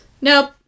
Nope